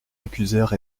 accusèrent